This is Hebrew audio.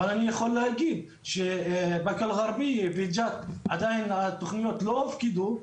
אבל אני יכול להגיד שבקה אלגרבייה וג'ת עדיין התכניות לא הופקדו.